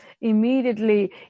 immediately